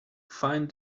find